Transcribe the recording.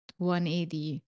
180